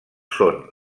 són